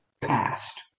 past